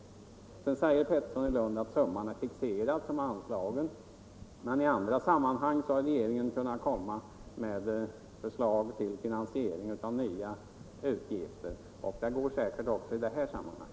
Sedan säger herr Pettersson i Lund att summan är fixerad i budgetpropositionen. Men i andra sammanhang har regeringen kunnat framlägga förslag till finansiering av nya utgifter, och det går säkert också i detta sammanhang.